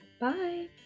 Bye